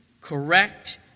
correct